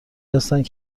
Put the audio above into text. هستند